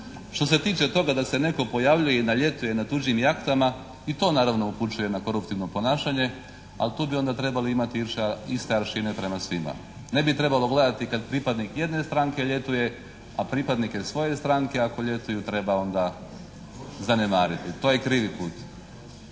Što se tiče toga da se netko pojavljuje i da ljetuje na tuđim jahtama i to naravno upućuje na koruptivno ponašanje, ali tu bi onda trebali imati ista …/Govornik se ne razumije./… prema svima. Ne bi trebalo gledati kad pripadnik jedne stranke ljetuje, a pripadnike svoje stranke ako ljetuju treba onda zanemariti. To je krivi put.